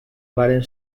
varen